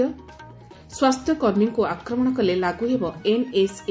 ସ୍ୱାସ୍ସ୍ୟକର୍ମୀଙ୍କ ଆକ୍ରମଣ କଲେ ଲାଗୁ ହେବ ଏନ୍ଏସ୍ଏ